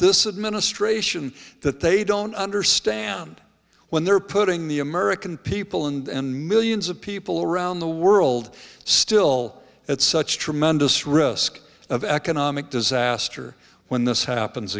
this administration that they don't understand when they're putting the american people and millions of people around the world still at such tremendous risk of economic disaster when this happens